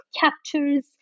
captures